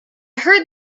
heard